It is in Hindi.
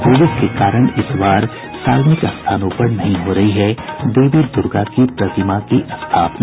कोविड के कारण इस बार सार्वजनिक स्थानों पर नहीं हो रही है देवी दूर्गा की प्रतिमा की स्थापना